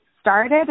started